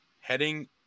heading